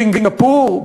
סינגפור,